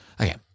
okay